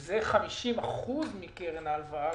וזה 50% מקרן ההלוואה,